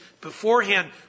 Beforehand